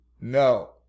No